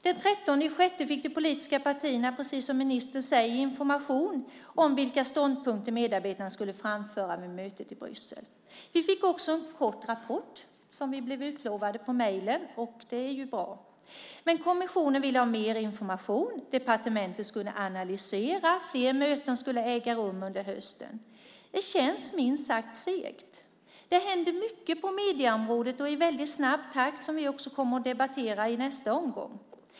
Den 13 juni fick de politiska partierna, precis som ministern säger, information om vilka ståndpunkter som medarbetarna skulle framföra vid mötet i Bryssel. Vi fick också en kort rapport, som vi blev utlovade via mejl, och det är bra. Men kommissionen ville ha mer information. Departementet skulle analysera, och fler möten skulle äga rum under hösten. Det känns minst sagt segt. Det händer mycket på medieområdet och i väldigt snabb takt, vilket vi kommer att debattera i nästa omgång.